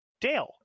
Dale